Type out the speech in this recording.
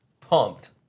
pumped